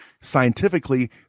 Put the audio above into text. scientifically